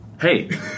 Hey